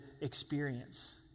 experience